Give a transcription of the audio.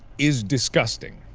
is disgusting.